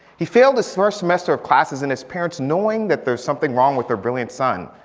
he failed his first semester of classes and his parents knowing that there's something wrong with their brilliant son.